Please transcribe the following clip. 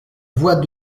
voie